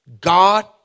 God